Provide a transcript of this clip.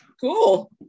cool